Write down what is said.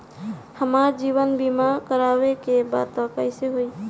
हमार जीवन बीमा करवावे के बा त कैसे होई?